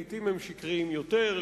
לעתים הם שקריים יותר,